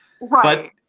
right